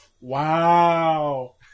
Wow